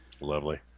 lovely